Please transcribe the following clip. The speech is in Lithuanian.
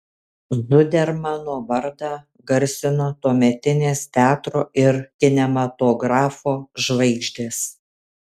zudermano vardą garsino tuometinės teatro ir kinematografo žvaigždės